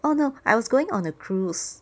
oh no I was going on a cruise